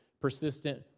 persistent